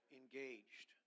engaged